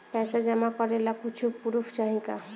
पैसा जमा करे ला कुछु पूर्फ चाहि का?